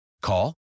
Call